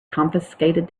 confiscated